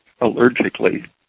allergically